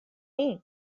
day